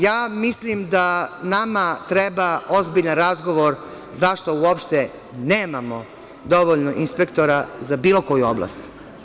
Ja mislim da nama treba ozbiljan razgovor zašto uopšte nemamo dovoljno inspektora za bilo koju oblast.